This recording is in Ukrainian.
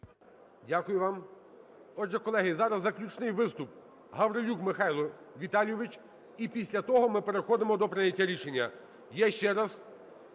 Дякую вам. Отже, колеги, зараз заключний виступ - Гаврилюк Михайло Віталійович. І після того ми переходимо до прийняття рішення.